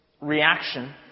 reaction